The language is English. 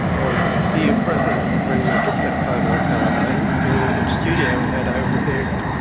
i was here present when they took that photo of halliday in a little studio we had over there.